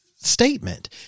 statement